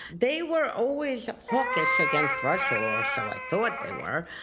they were always hawkish against russia, or so i thought they were.